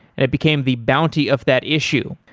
and it became the bounty of that issue.